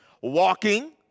walking